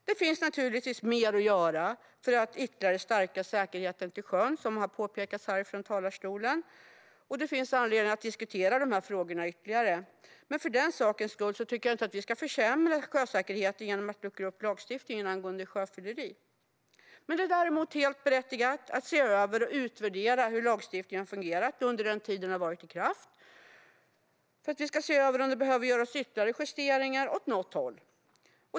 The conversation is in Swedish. Det finns naturligtvis mer att göra för att ytterliga stärka säkerheten till sjöss, som har påpekats här från talarstolen, och det finns anledning att diskutera dessa frågor ytterligare. Men för den sakens skull tycker jag inte att vi ska försämra sjösäkerheten genom att luckra upp lagstiftningen angående sjöfylleri. Det är däremot helt berättigat att se över och utvärdera hur lagstiftningen har fungerat under den tid den varit i kraft för att se om det behöver göras ytterligare justeringar åt något håll.